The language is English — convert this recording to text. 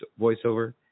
voiceover